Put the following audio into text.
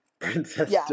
princess